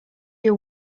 your